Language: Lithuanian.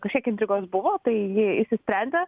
kažkiek intrigos buvo tai ji išsisprendė